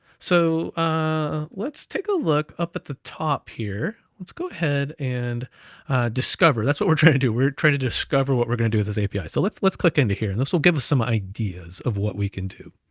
so let's take a look up at the top here. let's go ahead, and discover that's what we're trying to do. we're trying to discover what we're going to do with this api. so let's let's click into here, and this will give us some ideas of what we can do.